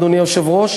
אדוני היושב-ראש.